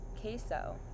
Queso